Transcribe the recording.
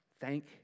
Thank